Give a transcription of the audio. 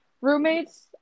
Roommates